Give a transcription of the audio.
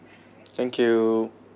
thank you